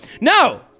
No